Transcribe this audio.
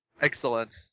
Excellent